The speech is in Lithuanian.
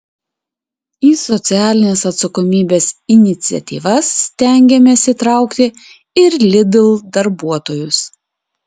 į socialinės atsakomybės iniciatyvas stengiamės įtraukti ir lidl darbuotojus